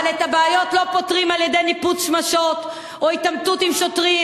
אבל את הבעיות לא פותרים על-ידי ניפוץ שמשות או התעמתות עם שוטרים,